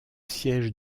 siège